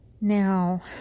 Now